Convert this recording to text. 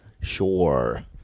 sure